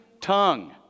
tongue